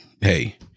hey